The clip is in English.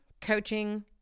coaching